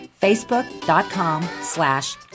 facebook.com/slash